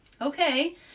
Okay